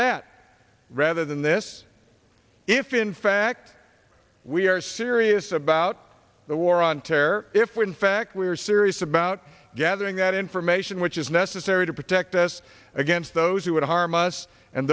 that rather than this if in fact we are serious about the war on terror if we in fact we are serious about gathering that information which is necessary to protect us against those who would harm us and